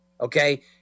okay